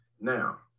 Now